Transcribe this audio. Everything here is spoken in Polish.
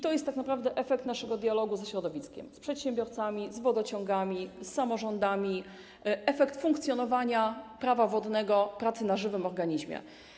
To jest tak naprawdę efekt naszego dialogu ze środowiskiem, przedsiębiorcami, wodociągami i samorządami, to efekt funkcjonowania Prawa wodnego, pracy na żywym organizmie.